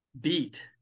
beat